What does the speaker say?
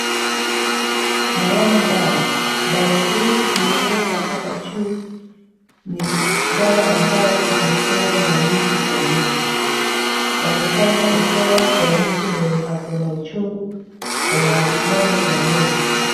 Naona dawa, dawa hii imewekwa hapa juu ni dawa ambayo inatoa maumivu kwa mwili, sanasana hupewa kwa mtu mwenye ako na uchungu kwa mahali fulani ya mwili.